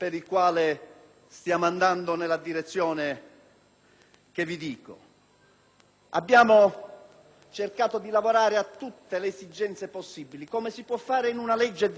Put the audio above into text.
Abbiamo cercato di lavorare a tutte le esigenze possibili, come si può fare in una legge delega: non ci sono investimenti. Questa non è una legge che